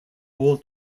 all